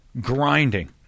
grinding